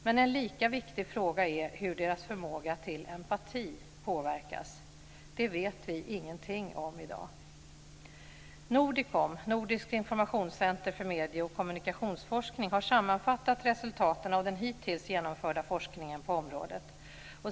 Men en lika viktig fråga är hur deras förmåga till empati påverkas. Det vet vi i dag ingenting om. Nordicom, Nordiskt Informationscenter för Medie och kommunikationsforskning, har sammanfattat resultaten av den hittills genomförda forskningen på området.